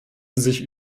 sich